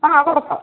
ആ കൊടുക്കാം